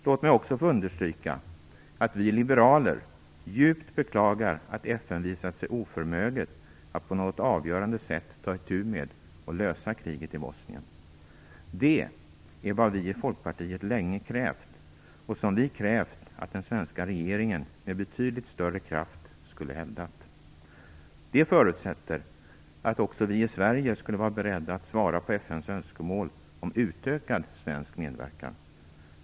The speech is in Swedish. Låt mig också få understryka att vi liberaler djupt beklagar att FN visat sig oförmöget att på något avgörande sätt ta itu med och lösa kriget i Bosnien. Det är vad vi i Folkpartiet länge krävt, och som vi krävt att den svenska regeringen med betydligt större kraft skulle hävda. Det förutsätter att också vi i Sverige skulle vara beredda att svara på FN:s önskemål om utökad svensk medverkan.